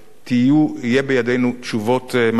יהיו בידינו תשובות מתאימות.